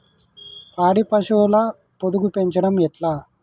పాడి పశువుల పొదుగు పెంచడం ఎట్లా?